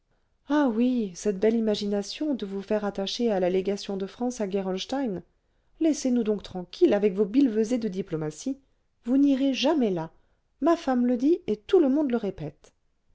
ah oui cette belle imagination de vous faire attacher à la légation de france à gerolstein laissez-nous donc tranquilles avec vos billevesées de diplomatie vous n'irez jamais là ma femme le dit et tout le monde le répète